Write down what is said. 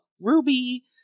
Ruby